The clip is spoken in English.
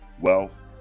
wealth